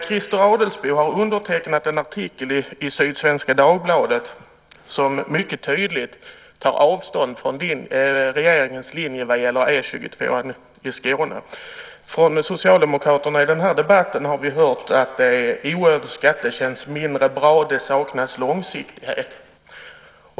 Christer Adelsbo har undertecknat en artikel i Sydsvenska Dagbladet som mycket tydligt tar avstånd från regeringens linje vad gäller E 22 i Skåne. Från Socialdemokraterna har vi i den här debatten hört att det är en onödig skatt. Det känns mindre bra. Det saknas långsiktighet.